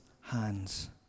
hands